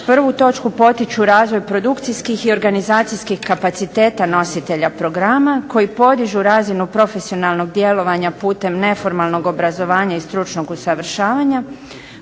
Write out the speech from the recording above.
prvu točku potiču razvoj produkcijskih i organizacijskih kapaciteta nositelja programa koji podižu razinu profesionalnog djelovanja putem neformalnog obrazovanja i stručnog usavršavanja,